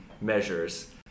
measures